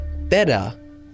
better